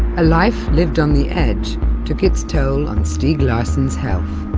a life lived on the edge took its toll on stieg larsson's health.